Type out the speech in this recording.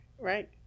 Right